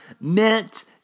meant